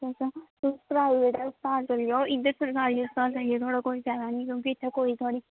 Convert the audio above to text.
इयै तुस प्राईवेट अस्पताल चली जाओ इंया सरकारी अस्पताल जाइयै थुआढ़ा कोई फायदा निं होना इत्थें कोई थुआढ़ी